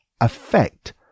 affect